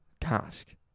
task